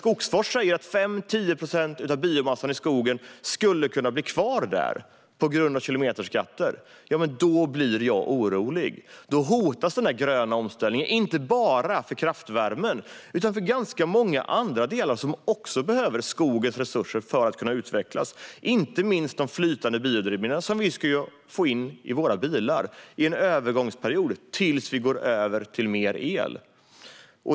Skogforsk säger att 5-10 procent av biomassan i skogen skulle kunna komma att bli kvar där på grund av kilometerskatter. Då blir jag orolig. Då hotas den gröna omställningen, inte bara för kraftvärmen utan också för ganska många andra delar som också behöver skogens resurser för att kunna utvecklas. Inte minst gäller det de flytande biodrivmedlen, som vi ska få in i våra bilar under en övergångsperiod tills vi går över till mer el.